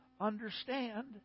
understand